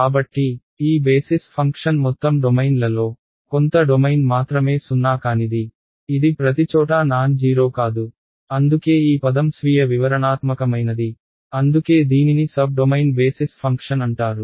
కాబట్టి ఈ basis function మొత్తం డొమైన్లలో కొంత డొమైన్ మాత్రమే సున్నా కానిది ఇది ప్రతిచోటా నాన్జీరో కాదు అందుకే ఈ పదం స్వీయ వివరణాత్మకమైనది అందుకే దీనిని సబ్ డొమైన్ బేసిస్ ఫంక్షన్ అంటారు